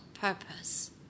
purpose